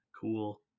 Cool